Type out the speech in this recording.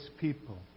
people